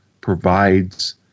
provides